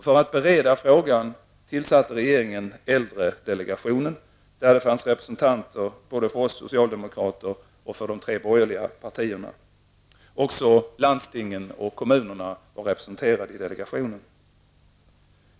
För att bereda frågan tillsatte regeringen äldredelegationen där det fanns representanter både från socialdemokraterna och de tre borgerliga partierna. Också landstingen och kommunerna var representerade i delegationen.